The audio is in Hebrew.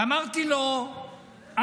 אמרתי לו אז,